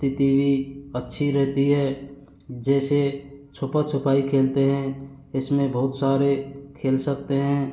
स्थिति भी अच्छी रहती है जैसे छुपा छुपाई खेलते हैं इसमें बहुत सारे खेल सकते हैं